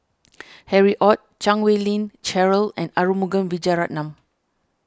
Harry Ord Chan Wei Ling Cheryl and Arumugam Vijiaratnam